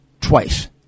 twice